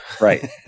Right